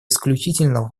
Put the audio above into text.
исключительно